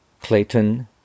Clayton